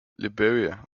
liberia